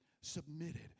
submitted